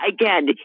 again